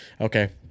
Okay